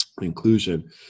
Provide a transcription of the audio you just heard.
inclusion